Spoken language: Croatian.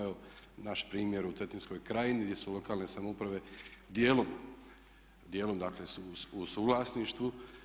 Evo naš primjer u Cetinskoj krajini gdje su lokalne samouprave dijelom dakle su u suvlasništvu.